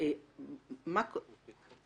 אנשים שצריכים לקבל קצבאות.